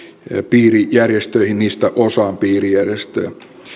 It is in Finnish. piirijärjestöihin niistä osaan piirijärjestöjä